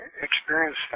experience